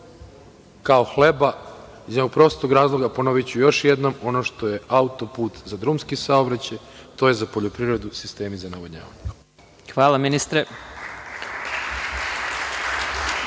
kao hleba, iz jednog prostog razloga, ponoviću još jednom, ono što je autoput za drumski saobraćaj, to su za poljoprivredu sistemi za navodnjavanje. **Vladimir